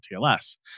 TLS